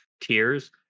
tiers